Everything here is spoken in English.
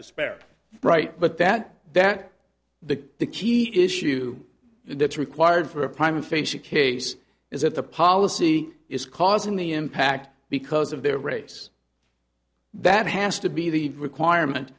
despair right but that that the the key issue that's required for a prime facie case is that the policy is causing the impact because of their race that has to be the requirement